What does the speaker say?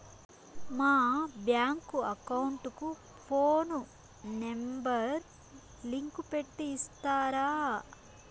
మా bank account కు phone number link పెట్టి ఇస్తారా?